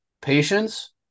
Patience